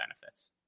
benefits